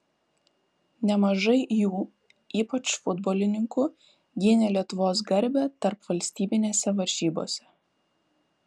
nemažai jų ypač futbolininkų gynė lietuvos garbę tarpvalstybinėse varžybose